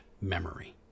memory